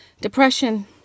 depression